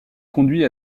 conduit